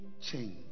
change